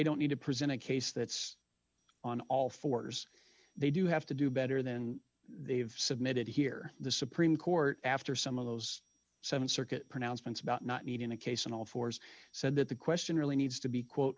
don't need to present a case that's on all fours they do have to do better than they've submitted here the supreme court after some of those seven circuit pronouncements about not needing a case on all fours said that the question really needs to be quote